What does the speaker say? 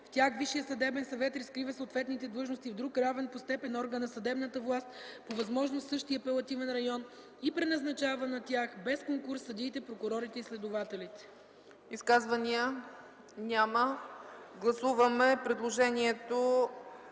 в тях, Висшият съдебен съвет разкрива съответните длъжности в друг равен по степен орган на съдебната власт по възможност в същия апелативен район и преназначава на тях без конкурс съдиите, прокурорите и следователите.” ПРЕДСЕДАТЕЛ ЦЕЦКА ЦАЧЕВА: Изказвания? Няма. Гласуваме предложението